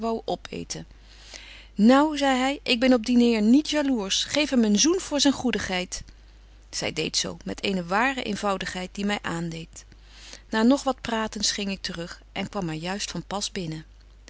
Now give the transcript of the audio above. opeeten nou zei hy ik ben op dien heer niet jalours geef hem een zoen voor zyn goedigheid zy deedt zo met eene ware eenvoudigheid die my aandeedt na nog wat pratens ging ik te rug en kwam maar juist van pas binnen